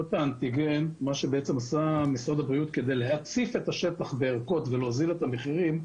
האנטיגן: כדי להציף את השטח בערכות ולהוזיל את המחירים,